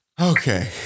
Okay